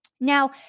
Now